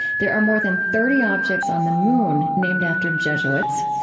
there are more than thirty objects on the moon named after jesuits.